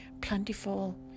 plentiful